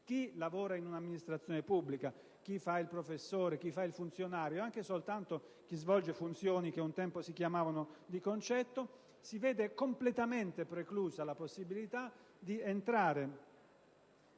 Chi lavora in un'amministrazione pubblica, chi fa il professore, il funzionario, o anche soltanto chi svolge funzioni che un tempo si chiamavano di concetto, si vede completamente preclusa la possibilità di entrare